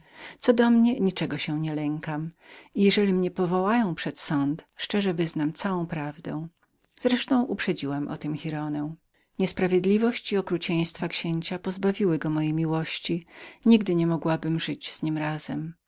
co do mnie niczego się nie lękam i jeżeli mnie powołają przed sąd szczerze wyznam wszystko wreszcie uprzedziłam o tem giraldę niesprawiedliwość i okrucieństwa księcia pozbawiły go mojej miłości i nigdy nie mogłabym żyć z nim razem